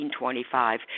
1925